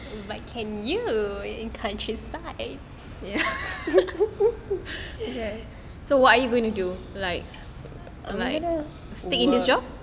but can you in countryside I'm gonna work